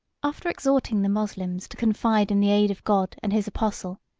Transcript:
after exhorting the moslems to confide in the aid of god and his apostle,